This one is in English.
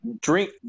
Drink